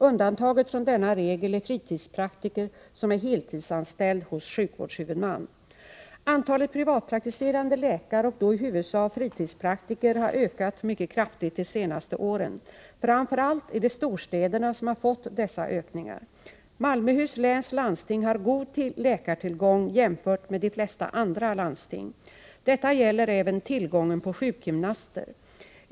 Undantaget från denna regel är fritidspraktiker som är heltidsanställd hos sjukvårdshuvudman. Antalet privatpraktiserande läkare och då i huvudsak fritidspraktiker har ökat mycket kraftigt de senaste åren. Framför allt är det storstäderna som har fått dessa ökningar. Malmöhus läns landsting har god läkartillgång jämfört med de flesta andra landsting. Detta gäller även tillgången på sjukgymnaster.